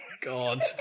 God